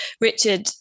Richard